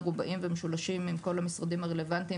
מרובעים ומשולשים עם כל המשרדים הרלוונטיים